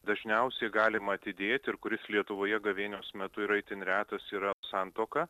dažniausiai galima atidėti ir kuris lietuvoje gavėnios metu yra itin retas yra santuoka